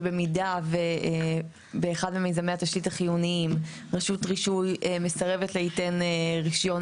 שבמידה ובאחד ממיזמי התשתית החיוניים רשות רישוי מסרבת להיתן רישיון